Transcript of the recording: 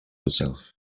herself